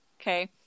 okay